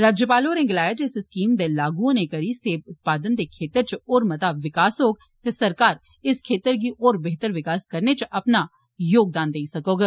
राज्यपाल होरें गलाया जे इस स्कीम दे लागू होने करी सेब उत्पादन दे क्षेत्र होर मता विकास होग ते सरकार इस क्षेत्र दी होर बेह्तर विकास करने च अपना योगदान देई सकौग